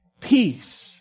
peace